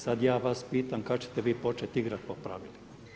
Sada ja vas pitam kada ćete vi početi igrati po pravilima?